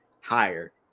higher